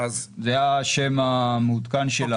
זה השם המעודכן שלה.